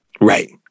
Right